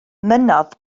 mynnodd